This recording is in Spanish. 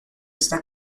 esta